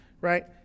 right